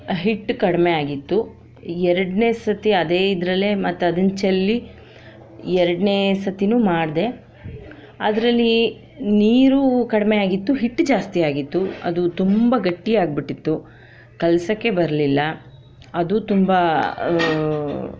ಹಿಟ್ಟು ಕಡಿಮೆ ಆಗಿತ್ತು ಎರಡನೇ ಸರ್ತಿ ಅದೇ ಇದರಲ್ಲೇ ಮತ್ತೆ ಅದನ್ನು ಚೆಲ್ಲಿ ಎರಡನೇ ಸರ್ತೀನು ಅದರಲ್ಲಿ ನೀರು ಕಡಿಮೆಯಾಗಿತ್ತು ಹಿಟ್ಟು ಜಾಸ್ತಿಯಾಗಿತ್ತು ಅದು ತುಂಬ ಗಟ್ಟಿಯಾಗ್ಬಿಟ್ಟಿತ್ತು ಕಲಸೋಕ್ಕೆ ಬರಲಿಲ್ಲ ಅದು ತುಂಬ